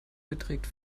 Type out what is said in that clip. beträgt